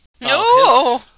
No